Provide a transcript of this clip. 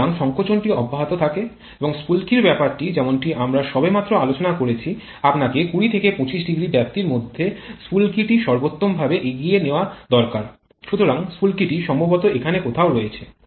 সুতরাং সংকোচন টি অব্যাহত থাকে এবং স্ফুলকির ব্যাপারটি যেমনটি আমরা সবেমাত্র আলোচনা করেছি আপনাকে ২০ থেকে ২৫০ ব্যাপ্তির মধ্যে স্ফুলিঙ্গটি সর্বোত্তমভাবে এগিয়ে নেওয়া দরকার সুতরাং স্ফুলকিটি সম্ভবত এখানে কোথাও রয়েছে